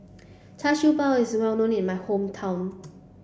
Char Siew Bao is well known in my hometown